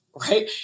right